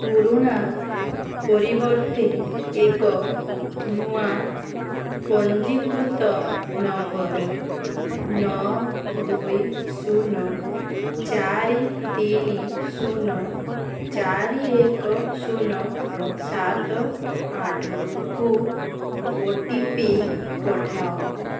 ପୁରୁଣା ପରିବର୍ତ୍ତେ ଏକ ନୂଆ ପଞ୍ଜୀକୃତ ନମ୍ବର ନଅ ଦୁଇ ଶୂନ ଚାରି ତିନି ଶୂନ ଚାରି ଏକ ଶୂନ ସାତ ଆଠକୁ ଓ ଟି ପି ପଠାଅ